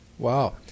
Wow